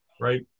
Right